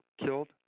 killed